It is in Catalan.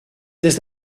des